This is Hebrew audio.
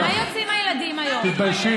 אתה תתבייש.